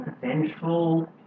vengeful